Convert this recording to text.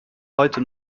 heute